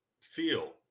feel